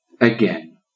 Again